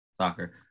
soccer